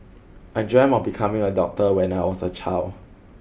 I dreamt of becoming a doctor when I was a child